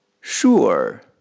Sure